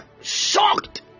shocked